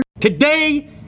Today